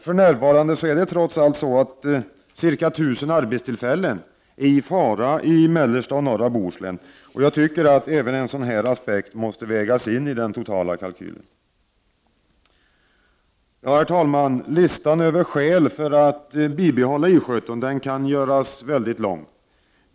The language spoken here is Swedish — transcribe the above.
För närvarande är trots allt ca 1 000 arbetstillfällen i fara i mellersta och norra Bohuslän, och jag tycker att även en sådan aspekt måste vägas in i den totala kalkylen. Ja, herr talman, listan över skäl för att behålla I 17 kan göras mycket lång.